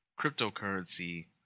cryptocurrency